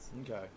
Okay